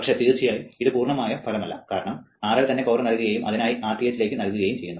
പക്ഷേ തീർച്ചയായും ഇത് പൂർണ്ണമായ ഫലം അല്ല കാരണം RL തന്നെ പവർ നൽകുകയും അതിനായി Rth ലേക്ക് നൽകുകയും ചെയ്യുന്നു